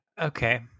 Okay